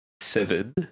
seven